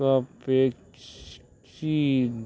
पपेचीन